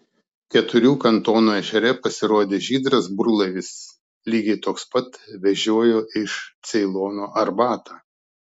keturių kantonų ežere pasirodė žydras burlaivis lygiai toks pat vežiojo iš ceilono arbatą